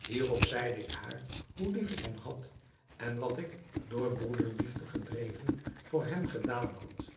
hierop zeide ik haar hoe lief ik hen had en wat ik door broederliefde gedreven voor hen gedaan had